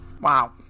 Wow